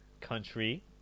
country